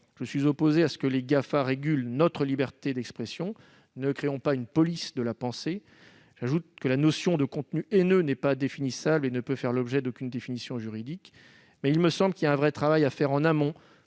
je suis opposé à ce que les GAFA régulent notre liberté d'expression. Ne créons pas une police de la pensée. J'ajoute que la notion de « contenu haineux » n'est pas définissable et ne peut faire l'objet d'aucune définition juridique. Néanmoins, il me semble qu'il y a un vrai travail à faire en amont